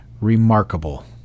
Remarkable